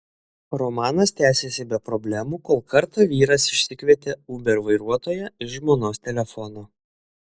romanas tęsėsi be problemų kol kartą vyras išsikvietė uber vairuotoją iš žmonos telefono